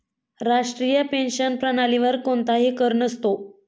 राष्ट्रीय पेन्शन प्रणालीवर कोणताही कर नसतो